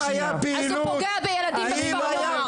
יש לחנוך פריימריז אז הוא פוגע בילדים בכפר נוער.